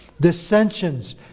dissensions